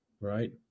right